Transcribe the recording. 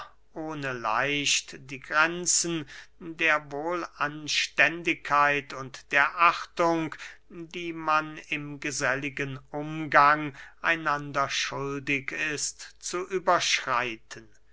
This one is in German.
ohne leicht die grenzen der wohlanständigkeit und der achtung die man im geselligen umgang einander schuldig ist zu überschreiten